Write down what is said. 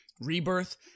rebirth